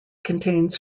contains